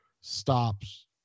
stops